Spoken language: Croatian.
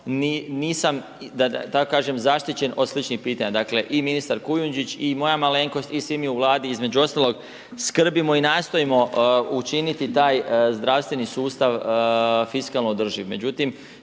nisam, da tako kažem zaštićen od sličnih pitanja. Dakle, i ministar Kujundžić i moja malenkost i svi mi u vladi između ostalog skrbimo i nastojimo učiniti taj zdravstveni sustav fiskalno održiv.